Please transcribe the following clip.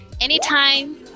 anytime